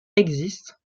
existe